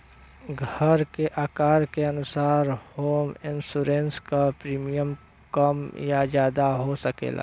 घर के आकार के अनुसार होम इंश्योरेंस क प्रीमियम कम या जादा हो सकला